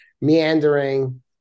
meandering